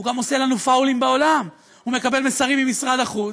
הוא גם עושה לנו פאולים בעולם: הוא מקבל מסרים ממשרד החוץ,